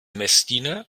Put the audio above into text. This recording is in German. messdiener